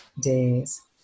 days